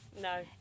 No